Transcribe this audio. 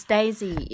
Daisy